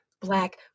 black